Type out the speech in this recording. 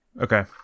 Okay